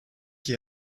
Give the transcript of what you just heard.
qui